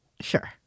Sure